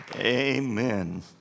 Amen